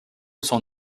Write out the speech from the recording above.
son